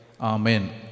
Amen